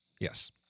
Yes